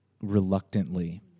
reluctantly